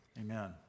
Amen